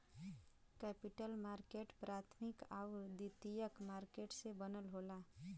capital market प्राथमिक आउर द्वितीयक मार्केट से बनल होला